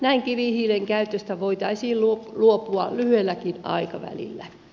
näin kivihiilen käytöstä voitaisiin luopua lyhyelläkin aikavälillä